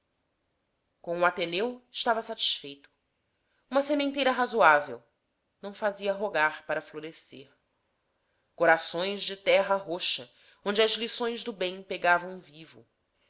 com o ateneu estava satisfeito uma sementeira razoável não se fazia rogar para florescer corações de terra roxa onde as lições do bem pegavam vivo